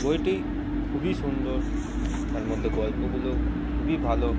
বইটি খুবই সুন্দর তার মধ্যে গল্পগুলো খুবই ভালো